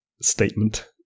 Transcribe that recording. statement